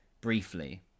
briefly